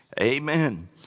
amen